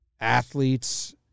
athletes